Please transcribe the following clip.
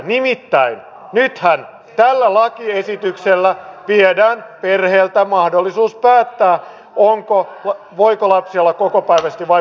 nimittäin nythän tällä lakiesityksellä viedään perheeltä mahdollisuus päättää voiko lapsi olla kokopäiväisesti vai puolipäiväisesti